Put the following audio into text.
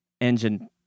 engine